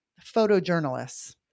photojournalists